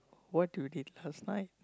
what you did last night